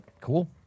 Cool